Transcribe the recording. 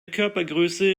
körpergröße